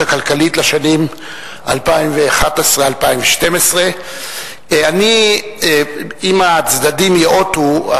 הכלכלית לשנים 2011 2012. אם הצדדים ייאותו,